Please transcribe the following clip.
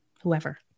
whoever